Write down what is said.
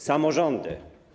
Samorządy.